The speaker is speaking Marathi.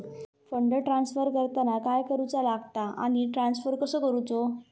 फंड ट्रान्स्फर करताना काय करुचा लगता आनी ट्रान्स्फर कसो करूचो?